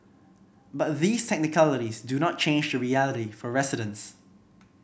but these technicalities do not change the reality for residents